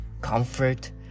comfort